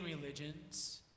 religions